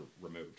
removed